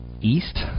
east